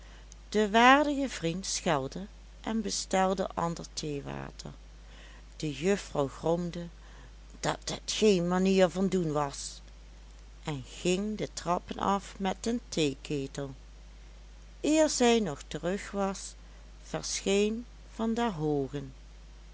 de waardige vriend schelde en bestelde ander theewater de juffrouw gromde dat het geen manier van doen was en ging de trappen af met den theeketel eer zij nog terug was verscheen van der hoogen